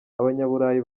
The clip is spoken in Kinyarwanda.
abanyaburayi